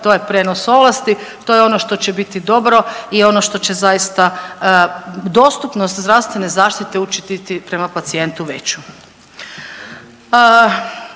To je prijenos ovlasti, to je ono što će biti dobro i ono što će zaista dostupnost zdravstvene zaštite .../Govornik se ne